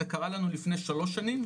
זה קרה לנו לפני שלוש שנים,